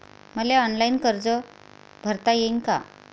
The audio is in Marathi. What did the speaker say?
मले ऑनलाईन कर्ज भरता येईन का?